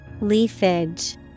Leafage